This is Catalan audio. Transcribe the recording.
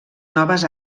noves